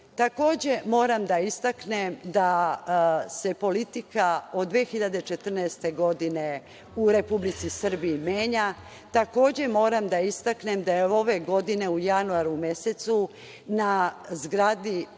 moram da istaknem da se politika od 2014. godine u Republici Srbiji menja. Takođe, moram da istaknem da je ove godine u januaru mesecu na zgradi